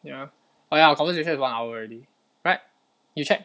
oh ya our conversation is one hour already right you check